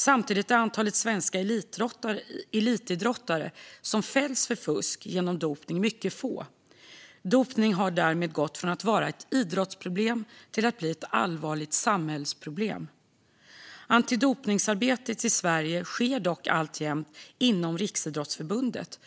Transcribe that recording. Samtidigt är antalet svenska elitidrottare som fälls för fusk genom dopning mycket litet. Dopning har därmed gått från att vara ett idrottsproblem till att bli ett allvarligt samhällsproblem. Antidopningsarbetet i Sverige sker dock alltjämt inom Riksidrottsförbundet.